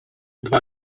dwa